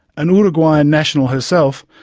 an uruguayan national herself,